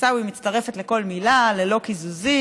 עיסאווי, אני מצטרפת לכל מילה: ללא קיזוזים,